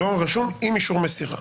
דואר רשום עם אישור מסירה.